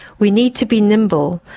we need to be nimble.